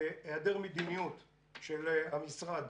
היעדר מדיניות של המשרד